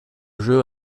jeu